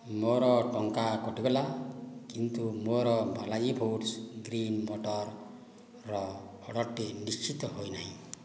ମୋର ଟଙ୍କା କଟିଗଲା କିନ୍ତୁ ମୋର ବାଲାଜି ଫୁଡ଼୍ସ ଗ୍ରୀନ୍ ମଟରର ଅର୍ଡ଼ର୍ଟି ନିଶ୍ଚିତ ହୋଇନାହିଁ